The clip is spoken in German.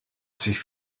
sich